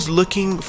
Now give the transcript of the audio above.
looking